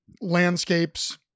landscapes